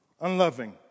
unloving